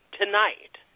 tonight